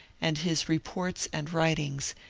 and his reports and writings,